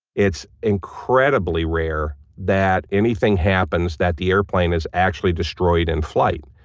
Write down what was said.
it's incredibly rare that anything happens that the airplane is actually destroyed in flight.